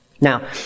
Now